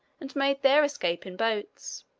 and made their escape in boats.